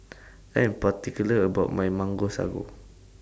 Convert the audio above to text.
I Am particular about My Mango Sago